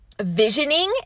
visioning